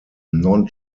non